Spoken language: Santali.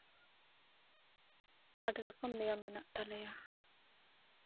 ᱟᱹᱰᱤ ᱨᱚᱠᱚᱢ ᱱᱮᱭᱟᱢ ᱢᱮᱱᱟᱜ ᱛᱟᱞᱮᱭᱟ